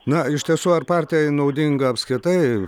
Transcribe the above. na iš tiesų ar partijai naudinga apskritai